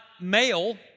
male